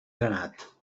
granat